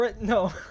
No